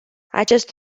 acest